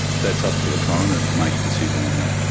that's up to the coroner to make a decision on that.